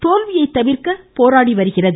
தோல்வியை தவிர்க்க போராடி வருகிறது